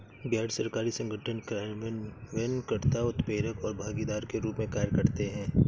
गैर सरकारी संगठन कार्यान्वयन कर्ता, उत्प्रेरक और भागीदार के रूप में कार्य करते हैं